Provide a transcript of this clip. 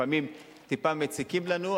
שלפעמים טיפה מציקים לנו,